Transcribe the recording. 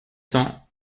cents